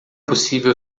possível